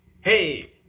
hey